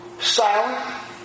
silent